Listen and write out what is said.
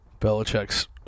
Belichick's